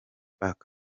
back